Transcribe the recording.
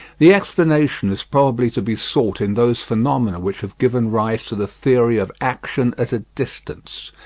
the explanation is probably to be sought in those phenomena which have given rise to the theory of action at a distance,